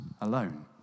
alone